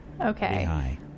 Okay